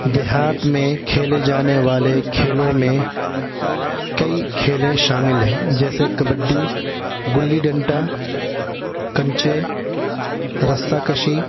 دیہات میں کھیلے جانے والے کھیلوں میں کئی کھیلوں شامل ہیں جیسے کبڈی گلی ڈنڈا کنچے رسہ کشی